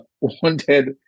wanted